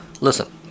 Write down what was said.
Listen